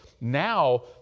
now